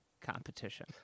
competition